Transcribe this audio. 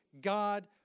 God